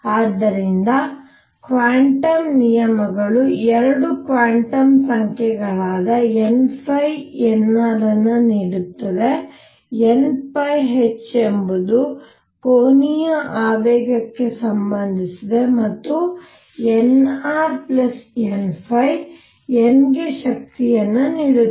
ಆದ್ದರಿಂದ ಕ್ವಾಂಟಮ್ ನಿಯಮಗಳು 2 ಕ್ವಾಂಟಮ್ ಸಂಖ್ಯೆಗಳಾದ n ಮತ್ತು nr ಅನ್ನು ನೀಡುತ್ತದೆ n𝛑h ಎಂಬುದು ಕೋನೀಯ ಆವೇಗಕ್ಕೆ ಸಂಬಂಧಿಸಿದೆ ಮತ್ತು nr n n ಗೆ ಶಕ್ತಿಯನ್ನು ನೀಡುತ್ತದೆ